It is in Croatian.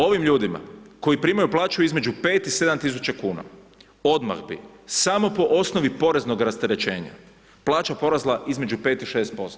Ovim ljudima koji primaju plaću između 5 i 7.000 kuna odmah bi samo po osnovi poreznog rasterećenja plaća porasla između 5 i 6%